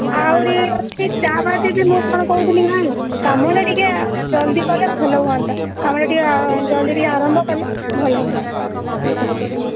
ଆହୁରି ଅଛି ତା ବାଦେ ବି ମୁଁ କ'ଣ କହୁଥିଲି କି ଭାଇ କାମଟା ଟିକେ ଜଲ୍ଦି କଲେ ଭଲ ହୁଅନ୍ତା କାମଟା ଟିକେ ଜଲ୍ଦି ଟିକେ ଆରମ୍ଭ କଲେ ଭଲ ହୁଅନ୍ତା ବୋଲି କହୁଥିଲି